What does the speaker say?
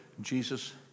Jesus